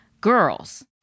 girls